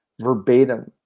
verbatim